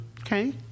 Okay